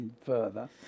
further